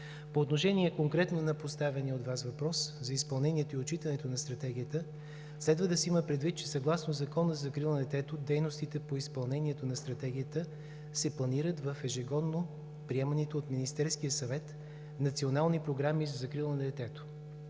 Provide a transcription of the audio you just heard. По отношение конкретно на поставения от Вас въпрос за изпълнението и отчитането на Стратегията, следва да се има предвид, че съгласно Закона за закрила на детето дейностите по изпълнението на Стратегията се планират в ежегодно приеманите от Министерския съвет национални програми за закрила на детето.